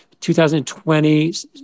2020